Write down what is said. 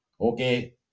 okay